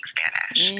Spanish